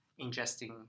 ingesting